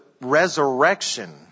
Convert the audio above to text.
resurrection